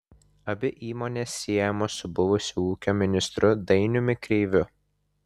abi įmonės siejamos su buvusiu ūkio ministru dainiumi kreiviu